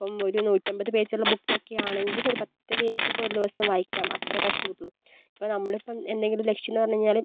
അപ്പം ഒരു നൂറ്റമ്പത് പേജുള്ള ബുക്കൊക്കെയാണെങ്കിൽ ഒരു പത്ത് പേജൊക്കെ ഒരു ദിവസം വായിക്കാം അത്ര കഷ്ടി കൂട്ടുള്ളൂ ഇപ്പം നമ്മളിപ്പം എന്തെങ്കിലും ലക്ഷ്യം എന്ന് പറഞ്ഞ് കഴിഞ്ഞാൽ